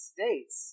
States